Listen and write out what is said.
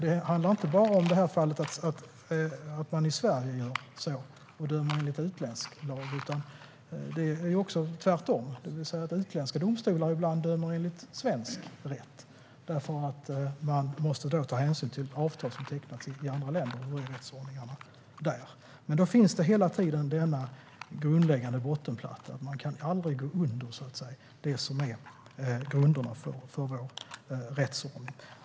Det handlar inte bara om att man i Sverige dömer enligt utländsk lag, utan det kan också vara tvärtom. Utländska domstolar dömer ibland enligt svensk rätt, eftersom man måste ta hänsyn till avtal som tecknats i andra länder och till rättsordningen där. Hela tiden finns dock denna grundläggande bottenplatta - man kan aldrig gå under det som är grundläggande för vår rättsordning.